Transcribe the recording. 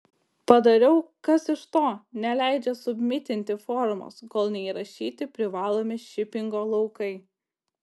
padariau kas iš to neleidžia submitinti formos kol neįrašyti privalomi šipingo laukai